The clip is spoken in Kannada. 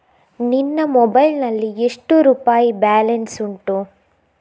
ನಿನ್ನ ಮೊಬೈಲ್ ನಲ್ಲಿ ಎಷ್ಟು ರುಪಾಯಿ ಬ್ಯಾಲೆನ್ಸ್ ಉಂಟು?